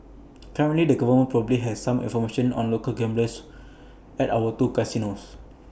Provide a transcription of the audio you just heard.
currently the government probably has some information on local gamblers at our two casinos